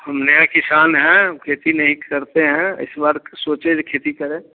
हम नया किसान हैं खेती नहीं करते हैं इस बार सोचे जे खेती करें